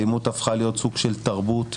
האלימות הפכה להיות סוג של תרבות.